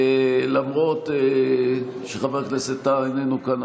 למרות שחבר הכנסת טאהא איננו כאן,